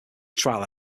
trial